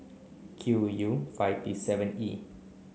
Q U five T seven E